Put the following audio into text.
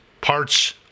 parts